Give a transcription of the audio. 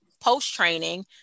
post-training